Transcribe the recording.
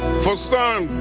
for some,